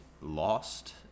lost